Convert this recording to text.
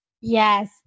Yes